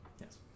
yes